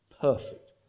perfect